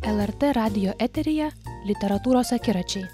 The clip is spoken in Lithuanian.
lrt radijo eteryje literatūros akiračiai